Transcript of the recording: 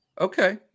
Okay